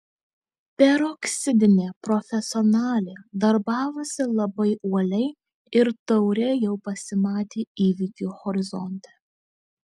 peroksidinė profesionalė darbavosi labai uoliai ir taurė jau pasimatė įvykių horizonte